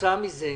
שכתוצאה מזה,